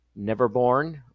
Neverborn